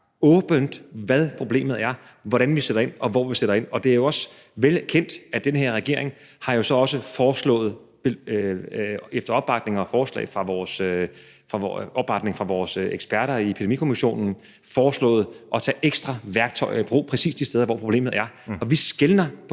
åbent, hvad problemet er, hvordan vi sætter ind, og hvor vi sætter ind. Det er jo også velkendt, at den her regering efter opbakning fra vores eksperter i Epidemikommissionen har foreslået at tage ekstra værktøjer i brug præcis de steder, hvor problemet er. Vi skelner på